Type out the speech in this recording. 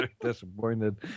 disappointed